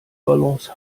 balance